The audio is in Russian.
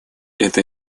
это